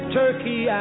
turkey